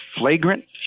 flagrant